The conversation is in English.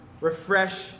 refresh